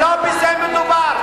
ולא בזה מדובר.